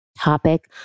topic